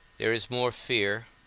there is more fear,